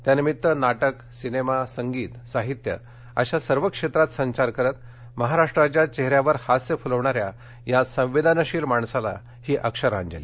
त्या निमित्त नाटक सिनेमा संगीत साहित्य अशा सर्व क्षेत्रात संचार करत महाराष्ट्राच्या चेहऱ्यावर हास्य फुलवणाऱ्या या संवेदनशील माणसाला ही अक्षरांजली